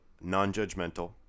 Non-judgmental